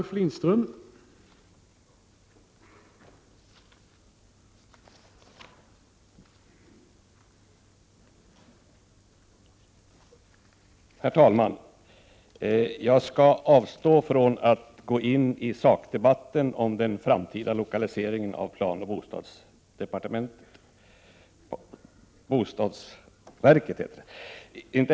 Herr talman! Jag skall avstå från att gå in i sakdebatten om den framtida lokaliseringen av planoch bostadsverket.